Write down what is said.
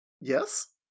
yes